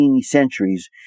centuries